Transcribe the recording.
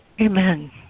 Amen